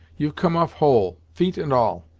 you've come off whole, feet and all,